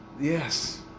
Yes